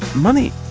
money